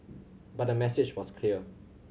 but the message was clear